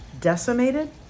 decimated